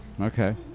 Okay